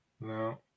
No